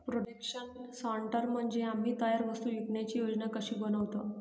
production sorter म्हणजे आम्ही तयार वस्तू विकण्याची योजना कशी बनवतो